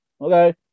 Okay